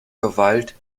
gewalt